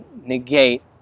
negate